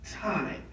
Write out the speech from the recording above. Time